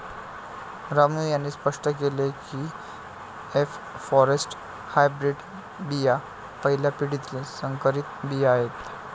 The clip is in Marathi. रामू यांनी स्पष्ट केले की एफ फॉरेस्ट हायब्रीड बिया पहिल्या पिढीतील संकरित बिया आहेत